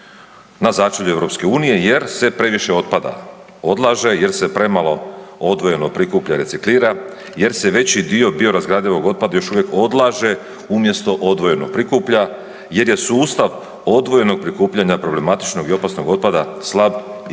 na začelju EU, jer se previše otpada odlaže, jer se premalo odvojeno prikuplja i reciklira, jer se veći dio biorazgradivog otpada još uvijek odlaže umjesto odvojeno prikuplja, jer je sustav odvojenog prikupljanja problematičnog i opasnog otpada slab i